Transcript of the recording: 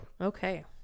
Okay